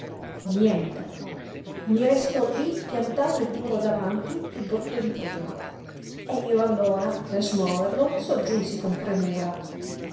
niente mi restò lí piantato e duro davanti piú brutto di prima e io allora per smuoverlo soggiunsi con premura